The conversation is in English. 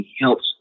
helps